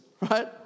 right